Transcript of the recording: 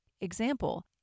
example